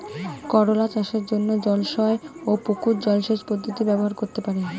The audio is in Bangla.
করোলা চাষের জন্য জলাশয় ও পুকুর জলসেচ পদ্ধতি ব্যবহার করতে পারি?